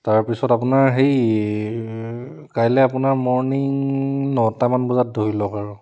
তাৰপিছত আপোনাৰ সেই কাইলৈ আপোনাৰ মৰ্ণিং নটামান বজাত ধৰি লওক আৰু